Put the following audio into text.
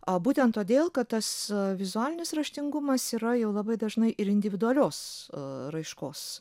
a būtent todėl kad tas vizualinis raštingumas yra labai dažnai ir individualios raiškos